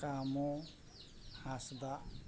ᱠᱟᱢᱚ ᱦᱟᱸᱥᱫᱟ